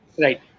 right